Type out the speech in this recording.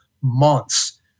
months